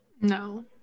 No